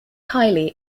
kylie